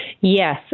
Yes